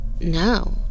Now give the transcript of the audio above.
No